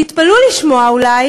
תתפלאו לשמוע אולי